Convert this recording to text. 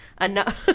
enough